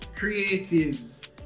creatives